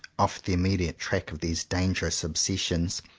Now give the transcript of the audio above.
off the immediate track of these dangerous obsessions,